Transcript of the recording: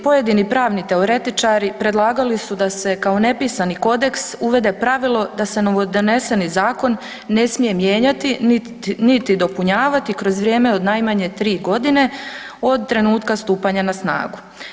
Pojedini pravni teoretičari predlagali su da se kao nepisani kodeks uvede pravilo da se novodoneseni zakon ne smije mijenjati niti dopunjavati kroz vrijeme od najmanje tri godine od trenutka stupanja na snagu.